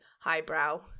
highbrow